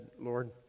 Lord